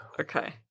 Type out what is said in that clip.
Okay